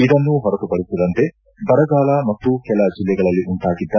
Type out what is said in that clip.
ಇದನ್ನು ಹೊರತುಪಡಿಸಿದಂತೆ ಬರಗಾಲ ಮತ್ತು ಕೆಲ ಜಿಲ್ಲೆಗಳಲ್ಲಿ ಉಂಟಾಗಿದ್ದ